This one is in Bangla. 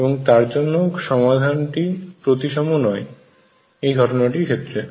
এবং তার জন্য সমাধানটি প্রতিসম নয় এই ঘটনাটির ক্ষেত্রে